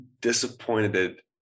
disappointed